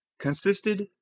consisted